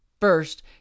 first